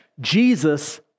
Jesus